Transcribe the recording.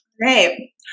Great